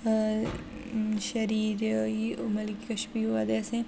अ शरीर जेह्ड़ा कि मतलब कि किश बी होऐ ते असें